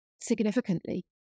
significantly